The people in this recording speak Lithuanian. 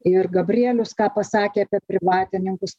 ir gabrielius ką pasakė apie privatininkus